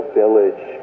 village